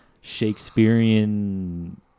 Shakespearean